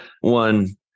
One